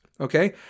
Okay